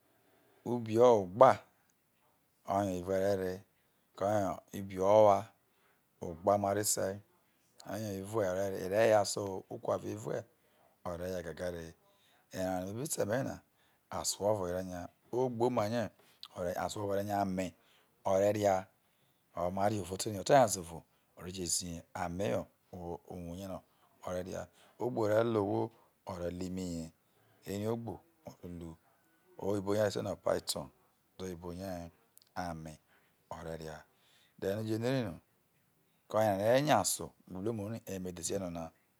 Ubi ogba oye whe re re koyeho ibi onwa ogba ma re su oye even eyae a re re e re yaso okuaveve o̱ re̱ ya gaga re ewareno me̱ be ta eme̱ ne̱ na aso ovo ere nya. Ogbo omane o̱ aso ovo o̱re̱ nya ame oye ore ra o̱ ria uvo te ere he̱ ote nyaze uvo oreje zihe ame ho uwoune no̱ o̱ re̱ na̱ ogbo re̱ lo̱ ohwoi̱ ore lo imiyu ere ogbo ore ru oyi borie re se no iyon ode̱ oyibo rie oye ame o̱ re̱ria then u je no ere no koyeho arao no̱ o̱ re̱ nyu aso̱ gbe uruemu ra eye̱ me dhese no na.